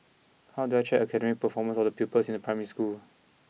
how do I check the academic performance of the pupils in a primary school